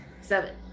Seven